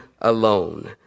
alone